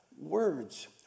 words